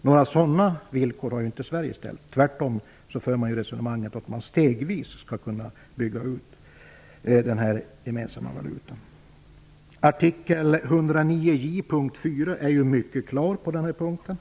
Några sådana villkor har inte Sverige ställt. Tvärtom för man resonemanget att man stegvis skall kunna bygga upp den gemensamma valutan. Punkt 4 i artikel 109j är mycket klar på den här punkten.